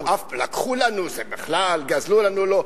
"לקחו לנו" זה בכלל, "גזלו לנו" לא.